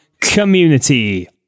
community